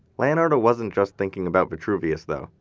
leonardo wasn't just thinking about vitruvius, though.